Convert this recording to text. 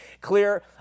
clear